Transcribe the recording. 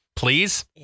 please